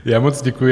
Já moc děkuji.